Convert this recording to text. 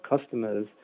customers